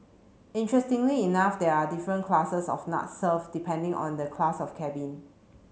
interestingly enough there are different classes of nuts served depending on the class of cabin